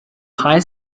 high